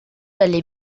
allait